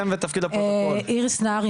איריס נהרי,